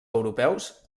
europeus